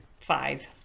five